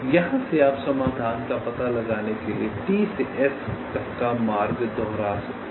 तो यहां से आप समाधान का पता लगाने के लिए T से S तक का मार्ग दोहरा सकते हैं